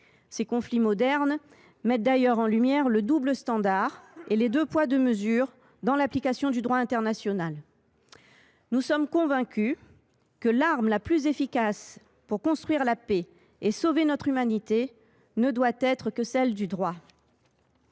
Ces conflits modernes mettent d’ailleurs en lumière le double standard et le « deux poids, deux mesures » dans l’application du droit international. Nous sommes convaincus que l’arme la plus efficace pour construire la paix et sauver notre humanité ne doit être que celle du droit.